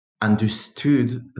understood